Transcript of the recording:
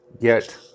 get